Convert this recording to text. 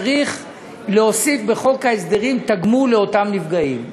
להוסיף בחוק ההסדרים תגמול לאותם נפגעים.